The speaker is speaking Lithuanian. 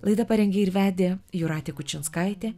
laidą parengė ir vedė jūratė kučinskaitė